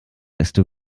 desto